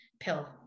pill